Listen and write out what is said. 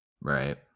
Right